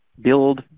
build